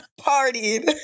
partied